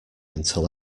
until